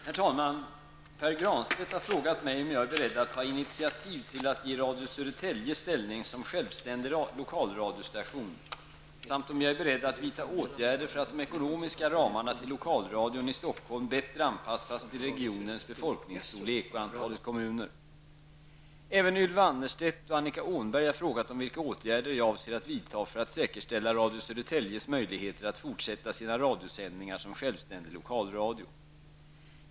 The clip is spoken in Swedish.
Herr talman! Pär Granstedt har frågat mig om jag är beredd att ta initiativ till att ge Radio Södertälje ställning som självständig lokalradiostation samt om jag är beredd att vidta åtgärder för att de ekonomiska ramarna för lokalradion i Stockholm bättre anpassas till regionens befolkningsstorlek och antalet kommuner. Även Ylva Annerstedt och Annika Åhnberg har frågat vilka åtgärder jag avser att vidta för att säkerställa Radio Södertäljes möjligheter att fortsätta sina radiosändningar som självständig lokalradio.